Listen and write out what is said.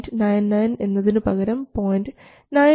99 എന്നതിനുപകരം 0